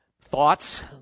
thoughts